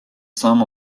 sum